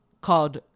called